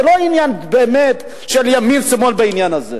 זה לא עניין של ימין שמאל, העניין הזה.